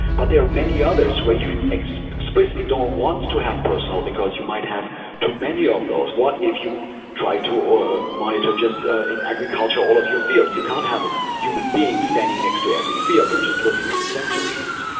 but there are many others where you explicitly don't want to have personal, because you might have too many of those. what if you try to ah monitor just ah in agriculture all of your fields? you can't have a human being standing next to every field and just looking at the sensor readings.